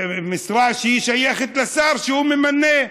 משרה ששייכת לשר שהוא ממנה.